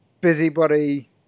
busybody